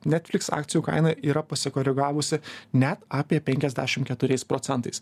netflix akcijų kaina yra pasikoregavusi net apie penkiasdešim keturiais procentais